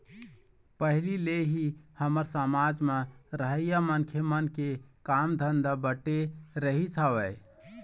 पहिली ले ही हमर समाज म रहइया मनखे मन के काम धंधा बटे रहिस हवय